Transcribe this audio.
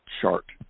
chart